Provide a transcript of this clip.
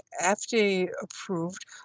FDA-approved